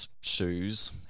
shoes